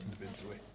individually